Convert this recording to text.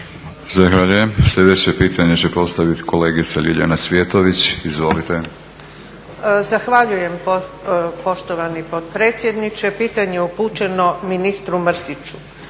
Zahvaljujem. Sljedeće pitanje će postaviti kolegica Ljiljana Cvjetović. Izvolite. **Cvjetović, Ljiljana (HSU)** Zahvaljujem poštovani potpredsjedniče. Pitanje je upućeno ministru Mrsiću.